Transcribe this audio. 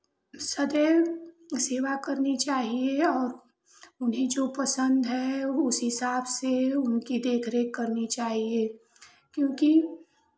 सदैव सेवा करनी चाहिए और उन्हें जो पसंद है उस हिसाब से उनकी देख रेख करनी चाहिए क्योंकि